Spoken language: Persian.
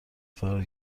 فرار